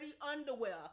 underwear